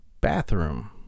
bathroom